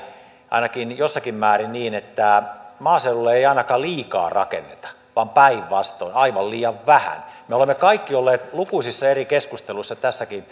ainakin jossakin määrin niin että maaseudulla ei ainakaan liikaa rakenneta vaan päinvastoin aivan liian vähän me olemme kaikki olleet lukuisissa eri keskusteluissa tässäkin